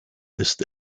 ist